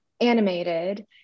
animated